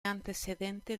antecedente